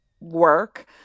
work